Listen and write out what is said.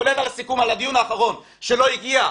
כולל הסיכום על הדיון האחרון שלא הגיע,